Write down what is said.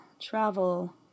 travel